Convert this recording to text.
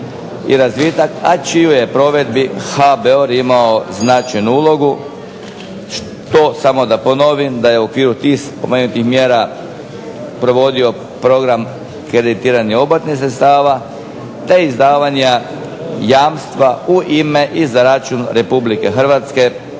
i razvitak, a u čijoj je provedbi HBOR imao značajnu ulogu što, samo da ponovim, da je u okviru tih spomenutih mjera provodio program kreditiranja obrtnih sredstava te izdavanja jamstva u ime i za račun RH za